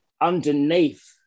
underneath